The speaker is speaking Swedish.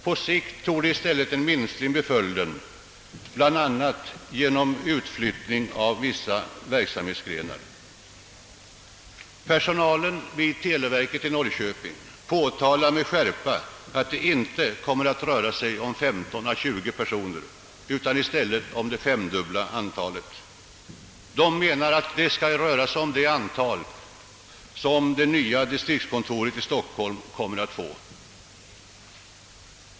På sikt torde i stället en minskning bli följden genom bl.a. planerad utflyttning av vissa verksamhetsgrenar.» Personalen vid televerket i Norrköping påtalar med skärpa att det inte kommer att röra sig om 15 å 20 personer utan om det femdubbla antalet. De menar att det måste bli fråga om det antal som det nya distriktskontoret i Stockholm kommer att få.